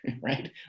right